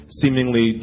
seemingly